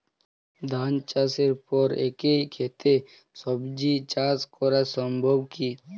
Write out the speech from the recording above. ধান চাষের পর একই ক্ষেতে সবজি চাষ করা সম্ভব কি?